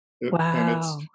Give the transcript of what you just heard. wow